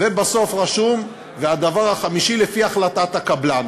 ובסוף רשום: והדבר החמישי, לפי החלטת הקבלן.